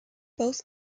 both